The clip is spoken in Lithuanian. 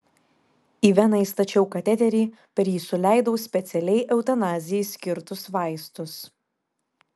į veną įstačiau kateterį per jį suleidau specialiai eutanazijai skirtus vaistus